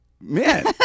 man